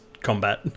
combat